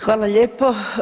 Hvala lijepo.